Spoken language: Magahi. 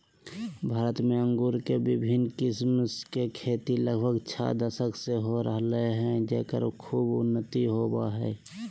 भारत में अंगूर के विविन्न किस्म के खेती लगभग छ दशक से हो रहल हई, जेकर खूब उन्नति होवअ हई